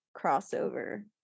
crossover